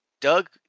Doug